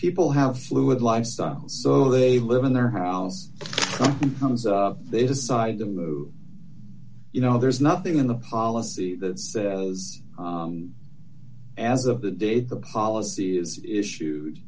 people have fluid lifestyles so they live in their house comes up they decide to move you know there's nothing in the policy that says as of the date the policy is issued